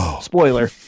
spoiler